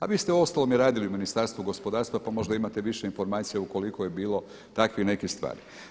A vi ste uostalom radili i u Ministarstvu gospodarstva pa možda imate više informacija ukoliko je bilo takvih nekih stvari.